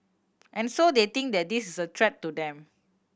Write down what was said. and so they think that this is a threat to them